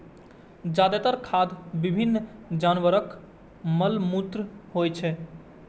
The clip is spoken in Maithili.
जादेतर खाद विभिन्न जानवरक मल मूत्र होइ छै